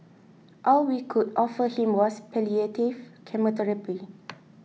all we could offer him was palliative chemotherapy